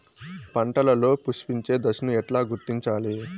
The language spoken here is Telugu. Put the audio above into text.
పంటలలో పుష్పించే దశను ఎట్లా గుర్తించాలి?